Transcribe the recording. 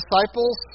disciples